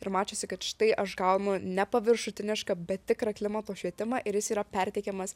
ir mačiusi kad štai aš gaunu ne paviršutinišką bet tikrą klimato švietimą ir jis yra perteikiamas